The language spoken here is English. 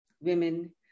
women